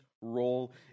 role